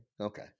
Okay